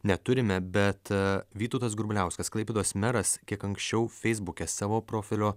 neturime bet vytautas grubliauskas klaipėdos meras kiek anksčiau feisbuke savo profilio